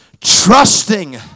trusting